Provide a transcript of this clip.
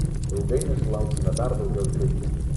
ilgainiui sulauksime dar daugiau trikdžių